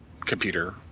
computer